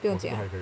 不用紧啊